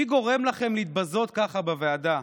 מי גורם לכם להתבזות ככה בוועדה?